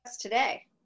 today